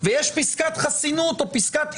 ויש פסקת חסינות או פסקת אי-שפיטות.